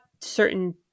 certain